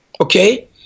Okay